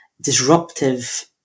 disruptive